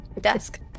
desk